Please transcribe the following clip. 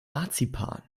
marzipan